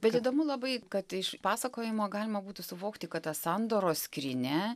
bet įdomu labai kad iš pasakojimo galima būtų suvokti kad ta sandoros skrynia